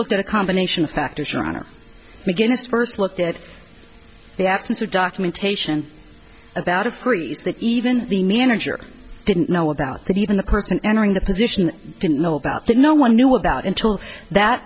looked at a combination of factors your honor mcginest first look at the absence of documentation about a freeze that even the manager didn't know about that even the person entering the position didn't know about that no one knew about until that